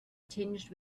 tinged